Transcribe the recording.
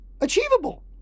achievable